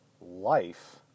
life